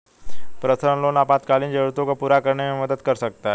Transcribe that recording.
personal loan आपातकालीन जरूरतों को पूरा करने में मदद कर सकता है